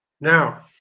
Now